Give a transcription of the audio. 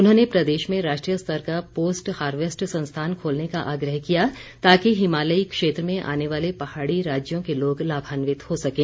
उन्होंने प्रदेश में राष्ट्रीय स्तर का पोस्ट हार्वेस्ट संस्थान खोलने का आग्रह किया ताकि हिमालयी क्षेत्र में आने वाले पहाड़ी राज्यों के लोग लाभान्वित हो सकें